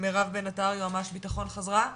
מירב בן עטר, יועמ"ש בטחון, חזרה?